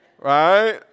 right